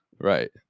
right